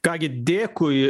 ką gi dėkui